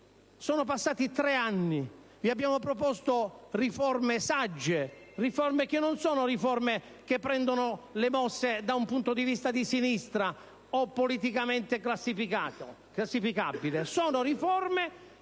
sono passati tre anni e vi abbiamo proposto riforme sagge, riforme che non prendono le mosse da un punto di vista di sinistra o politicamente classificabile, ma che